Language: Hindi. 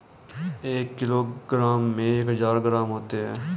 एक किलोग्राम में एक हजार ग्राम होते हैं